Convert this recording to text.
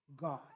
God